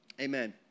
Amen